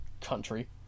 country